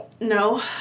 No